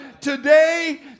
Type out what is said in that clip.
today